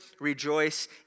rejoice